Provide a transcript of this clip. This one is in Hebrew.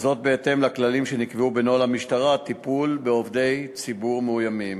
זאת בהתאם לכללים שנקבעו בנוהל המשטרה לטיפול בעובדי ציבור מאוימים.